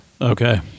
Okay